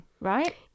right